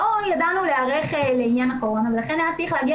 לא ידענו להיערך לעניין הקורונה ולכן היה צריך להגיע